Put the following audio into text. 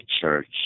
church